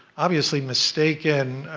obviously, mistaken